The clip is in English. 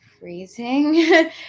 freezing